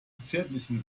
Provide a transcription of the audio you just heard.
zärtlichen